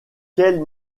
quels